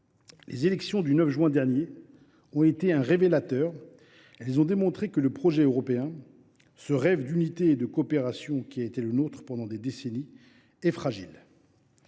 Les élections du 9 juin dernier ont été un révélateur, montrant que le projet européen, ce rêve d’unité et de coopération qui a été le nôtre pendant des décennies, est fragile.